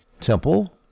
temple